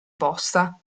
posta